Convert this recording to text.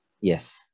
Yes